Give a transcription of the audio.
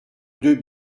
deux